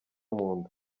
munda